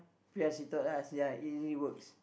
P_R_C taught us ya it it works